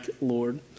Lord